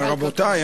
רבותי,